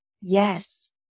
yes